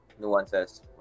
nuances